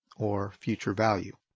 or future value.